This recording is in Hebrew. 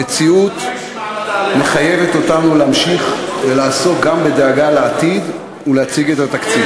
המציאות מחייבת אותנו להמשיך ולעסוק גם בדאגה לעתיד ולהציג את התקציב.